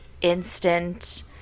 instant